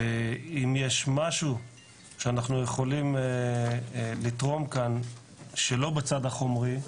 ואם יש משהו שאנחנו יכולים לתרום כאן שלא בצד החומרי,